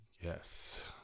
Yes